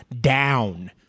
down